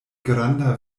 granda